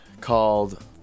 called